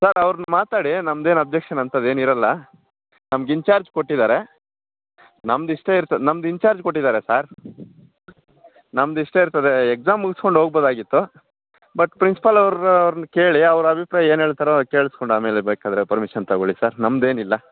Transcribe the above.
sir ಅವ್ರ್ನ ಮಾತಾಡಿ ನಮ್ದೇನು ಒಬ್ಜೆಕ್ಷನ್ ಅಂಥದ್ ಏನಿರಲ್ಲ ನಮ್ಗ ಇಂಚಾರ್ಜ್ ಕೊಟ್ಟಿದ್ದಾರೆ ನಮ್ದ ಇಷ್ಟೇ ಇರ್ತದೆ ನಮ್ದ ಇಂಚಾರ್ಜ್ ಕೊಟ್ಟಿದ್ದಾರೆ ಸರ್ ನಮ್ದ ಇಷ್ಟೇ ಇರ್ತದೆ ಎಕ್ಸಾಮ್ ಮುಗುಸ್ಕೊಂಡು ಹೋಗ್ಬೋದಾಗಿತ್ತು ಬಟ್ ಪ್ರಿನ್ಸಿಪಲ್ ಅವ್ರ ಅವ್ರ್ನ ಕೇಳಿ ಅವ್ರ ಅಭಿಪ್ರಾಯ ಏನ್ ಹೇಳ್ತರೋ ಕೇಳ್ಸ್ಕೊಂಡು ಆಮೇಲೆ ಬೇಕಿದ್ದರೆ ಪರ್ಮಿಷನ್ ತಗೊಳಿ ಸರ್ ನಮ್ದ ಏನಿಲ್ಲ